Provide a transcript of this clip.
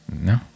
No